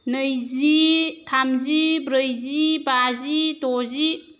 नैजि थामजि ब्रैजि बाजि द'जि